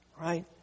right